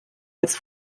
als